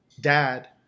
dad